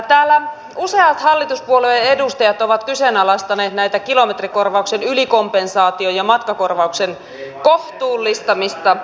täällä useat hallituspuolueiden edustajat ovat kyseenalaistaneet kilometrikorvauksen ylikompensaation ja matkakorvauksen kohtuullistamista